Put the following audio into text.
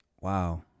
Wow